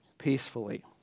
Peacefully